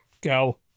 go